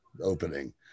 Opening